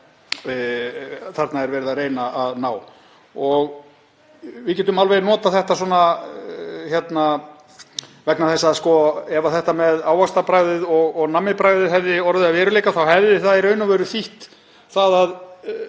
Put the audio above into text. þarna er verið að reyna að ná. Við getum alveg notað þetta vegna þess að ef þetta með ávaxtabragðið og nammibragðið hefði orðið að veruleika þá hefði það í raun og veru þýtt það að